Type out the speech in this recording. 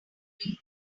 degree